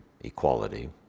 equality